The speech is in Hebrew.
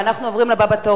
אנחנו עוברים לבא בתור